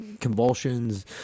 Convulsions